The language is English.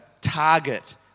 target